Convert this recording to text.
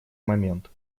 момент